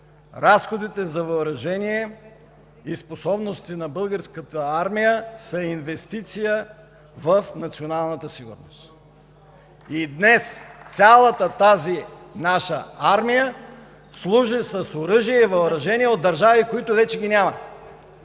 разходите за въоръжение и способности на Българската армия са инвестиция в националната сигурност. И днес цялата тази наша армия служи с оръжие и въоръжение от държави, които вече ги няма,